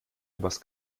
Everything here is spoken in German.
übers